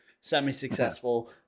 semi-successful